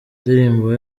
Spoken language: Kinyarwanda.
ndirimbo